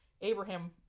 Abraham